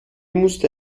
musste